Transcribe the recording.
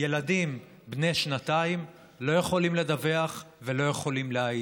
ילדים בני שנתיים לא יכולים לדווח ולא יכולים להעיד.